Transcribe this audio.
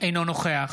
אינו נוכח